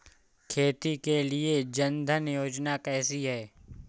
खेती के लिए जन धन योजना कैसी है?